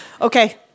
Okay